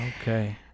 Okay